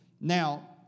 Now